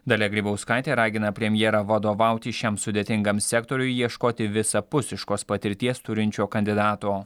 dalia grybauskaitė ragina premjerą vadovauti šiam sudėtingam sektoriui ieškoti visapusiškos patirties turinčio kandidato